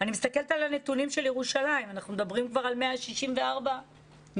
אני מסתכלת על הנתונים של ירושלים ואנחנו מדברים כבר על 164 מאומתים.